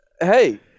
hey